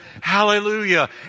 hallelujah